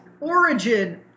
Origin